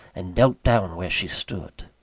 and knelt down where she stood.